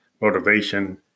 motivation